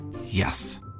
Yes